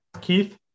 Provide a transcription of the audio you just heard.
Keith